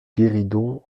guéridon